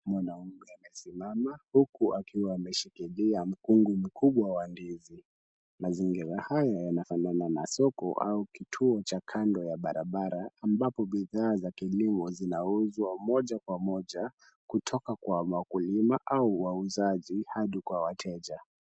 Mwanaume amesimama huku akiwa ameshikilia mkungu mkubwa wa ndizi. Mazingira haya yanafanana na soko au kituo cha kando ya barabara ambapo bidhaa za kilimo zinauzwa moja kwa moja kutoka kwa wakulima au wauzaji hadi kwa wateja.